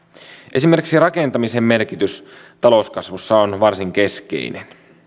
esimerkiksi rakentamisen merkitys talouskasvussa on varsin keskeinen